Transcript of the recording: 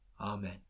Amen